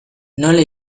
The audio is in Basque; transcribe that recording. nola